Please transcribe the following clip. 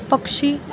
पक्षी